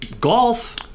golf